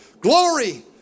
glory